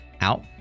out